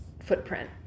footprint